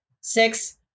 six